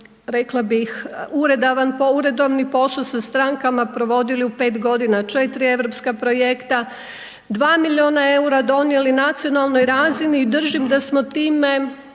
rekla bih uredovni posao sa strankama, provodili u 5 godina 4 europska projekta, 2 milijuna eura donijeli nacionalnoj razini i držim da smo time